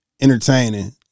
entertaining